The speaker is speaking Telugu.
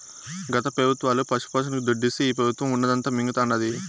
గత పెబుత్వాలు పశుపోషణకి దుడ్డిస్తే ఈ పెబుత్వం ఉన్నదంతా మింగతండాది